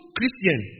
Christian